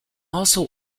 also